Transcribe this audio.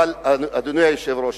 אדוני היושב-ראש,